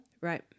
right